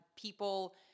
people